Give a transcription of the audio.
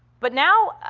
but now